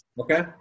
okay